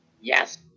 Yes